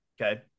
Okay